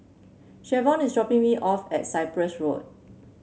Shavon is dropping me off at Cyprus Road